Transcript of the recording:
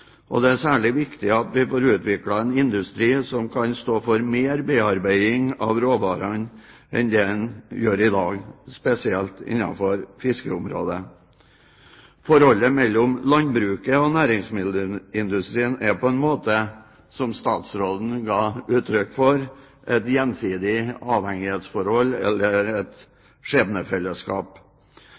og det er særlig viktig at vi får utviklet en industri som kan stå for mer bearbeiding av råvarene enn det en gjør i dag, spesielt innenfor fiskeområdet. Forholdet mellom landbruket og næringsmiddelindustrien er på en måte, som statsråden ga uttrykk for, et gjensidig avhengighetsforhold, eller et skjebnefellesskap.